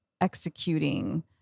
executing